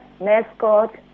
mascot